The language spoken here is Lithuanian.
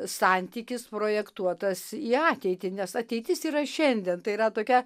santykis projektuotas į ateitį nes ateitis yra šiandien tai yra tokia